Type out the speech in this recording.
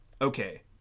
Okay